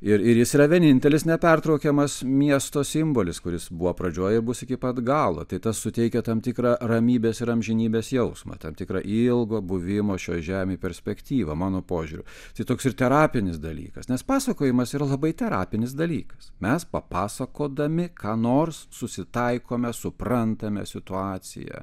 ir ir jis yra vienintelis nepertraukiamas miesto simbolis kuris buvo pradžioje ir bus iki pat galo tai tas suteikia tam tikrą ramybės ir amžinybės jausmą tam tikrą ilgo buvimo šioj žemėj perspektyvą mano požiūriu tai toks ir terapinis dalykas nes pasakojimas yra labai terapinis dalykas mes papasakodami ką nors susitaikome suprantame situaciją